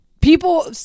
People